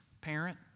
parent